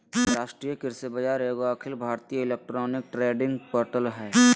राष्ट्रीय कृषि बाजार एगो अखिल भारतीय इलेक्ट्रॉनिक ट्रेडिंग पोर्टल हइ